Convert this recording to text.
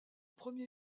premier